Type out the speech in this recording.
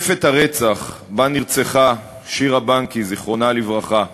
מתקפת הרצח שבה נרצחה שירה בנקי, זיכרונה לברכה,